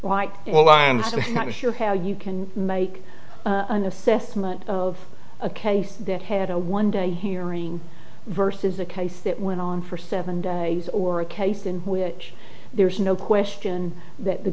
understand not sure how you can make an assessment of a case that had a one day hearing versus a case that went on for seven days or a case in which there is no question that the